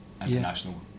international